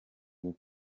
une